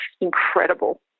incredible